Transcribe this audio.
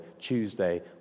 Tuesday